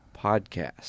podcast